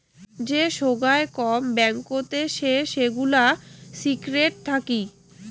যে সোগায় কম ব্যাঙ্কতে সে সেগুলা সিক্রেট থাকি